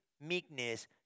meekness